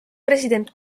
president